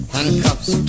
Handcuffs